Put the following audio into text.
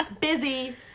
Busy